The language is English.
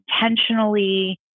intentionally